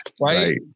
Right